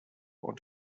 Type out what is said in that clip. und